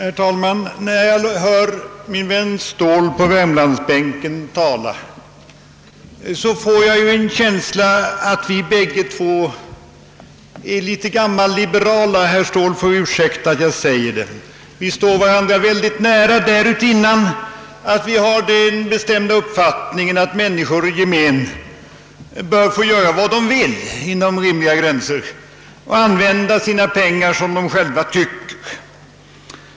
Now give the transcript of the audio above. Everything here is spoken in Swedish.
Herr talman! När jag hör min vän herr Ståhl på värmlandsbänken tala får jag en känsla av att vi bägge två är litet gammalliberala — herr Ståhl får ursäkta att jag säger det. Vi står varandra mycket nära därutinnan att vi har den bestämda uppfattningen att människor i gemen bör få göra vad de vill inom rimliga gränser och använda sina pengar som de själva önskar.